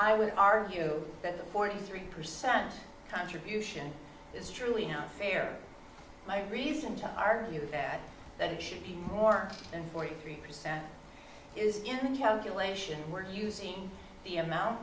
i would argue that the forty three percent contribution is truly unfair my reason to argue that that it should be more than forty three percent is in how you lation were using the amount